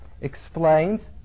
explains